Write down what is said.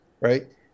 right